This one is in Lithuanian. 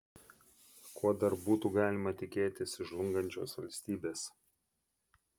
ko dar būtų galima tikėtis iš žlungančios valstybės